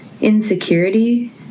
insecurity